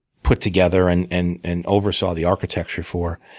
put together, and and and oversaw the architecture for.